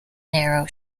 narrow